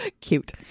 Cute